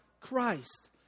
christ